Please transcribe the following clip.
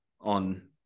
on